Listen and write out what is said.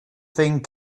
thing